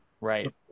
Right